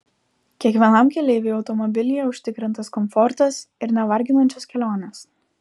kiekvienam keleiviui automobilyje užtikrintas komfortas ir nevarginančios kelionės